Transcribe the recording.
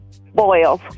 Boils